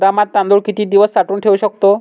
गोदामात तांदूळ किती दिवस साठवून ठेवू शकतो?